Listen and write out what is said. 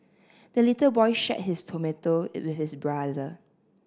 the little boy shared his tomato with his brother